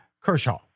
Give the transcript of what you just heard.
Kershaw